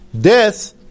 death